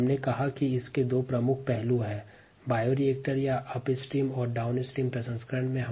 हमने कहा कि इसके दो प्रमुख पहलू बायोरिएक्टर या अपस्ट्रीम और डाउनस्ट्रीम प्रोसेसिंग है